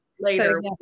Later